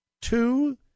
Two